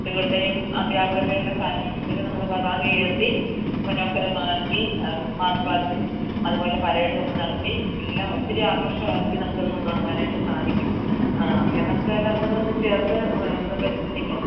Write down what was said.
കുട്ടികളുടെയും അധ്യാപകരുടെയും എല്ലാം സാന്നിധ്യത്തില് നമ്മള് പതാക ഉയർത്തി മനോഹരമാക്കി മാർച്ച് പാസ്റ്റും അതുപോലെ പരേഡും ഒക്കെ നടത്തി എല്ലാം ഒത്തിരി ആഘോഷമാക്കി നമുക്ക് ഇത് കൊണ്ടുനടക്കാനായിട്ട് സാധിക്കും അങ്ങനെ നമുക്ക് എല്ലാവര്ക്കും കൂടെ ഒന്ന് ചേർത്ത് ഒന്നു പരിശ്രമിക്കാം